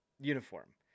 uniform